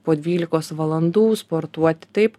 po dvylikos valandų sportuoti taip